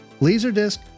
Laserdisc